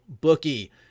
bookie